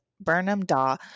Burnham-Daw